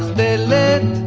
that led